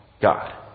God